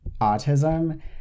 autism